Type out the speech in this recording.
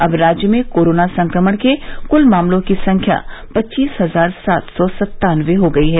अब राज्य में कोरोना संक्रमण के कुल मामलों की संख्या पच्चीस हजार सात सौ सत्तानवे हो गई है